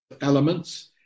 elements